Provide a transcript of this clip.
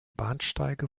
bahnsteige